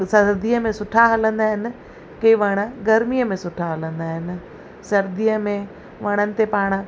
त सर्दीअ में सुठा हलंदा आहिनि के वण गर्मीअ में सुठा हलंदा आहिनि सर्दीअ में वणन ते पाण